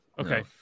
Okay